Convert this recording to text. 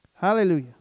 Hallelujah